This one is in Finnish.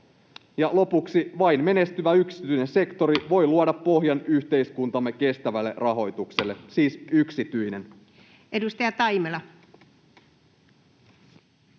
lopuksi: vain menestyvä yksityinen sektori voi luoda pohjan yhteiskuntamme kestävälle rahoitukselle — siis yksityinen.